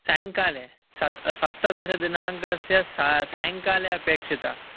सायङ्काले सत् सप्तदशदिनाङ्कस्य साय् सायङ्काले अपेक्षिता